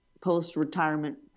post-retirement